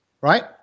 right